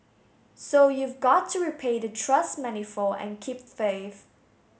so you've got to repay the trust manifold and keep faith